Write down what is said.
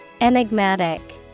Enigmatic